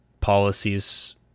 policies